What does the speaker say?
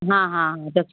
हाँ हाँ हाँ जब